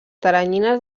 teranyines